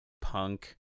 punk